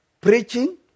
preaching